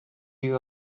you